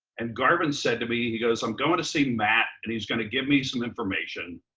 and garvin said to me, he goes, i'm going to see matt and he's gonna give me some information.